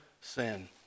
sin